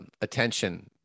attention